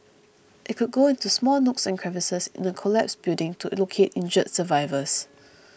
it could go into small nooks and crevices in a collapsed building to locate injured survivors